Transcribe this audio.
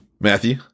Matthew